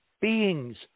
beings